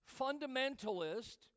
fundamentalist